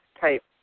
type